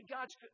God's